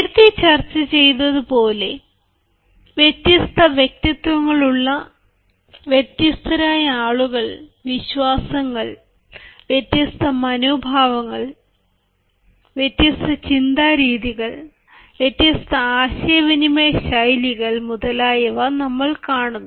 നേരത്തെ ചർച്ച ചെയ്തതുപോലെ വ്യത്യസ്ത വ്യക്തിത്വങ്ങളുള്ള വ്യത്യസ്തരായ ആളുകൾ വിശ്വാസങ്ങൾ വ്യത്യസ്ത മനോഭാവങ്ങൾ വ്യത്യസ്ത ചിന്താ രീതികൾ വ്യത്യസ്ത ആശയവിനിമയ ശൈലികൾ മുതലായവ നമ്മൾ കാണുന്നു